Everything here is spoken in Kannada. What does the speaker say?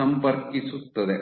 ಸಂಪರ್ಕಿಸುತ್ತದೆ